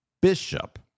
bishop